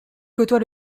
côtoie